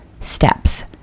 steps